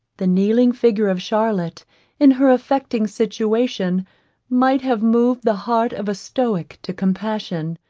the kneeling figure of charlotte in her affecting situation might have moved the heart of a stoic to compassion